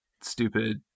stupid